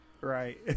Right